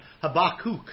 Habakkuk